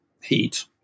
heat